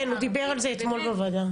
כן, הוא דיבר על זה אתמול בוועדה.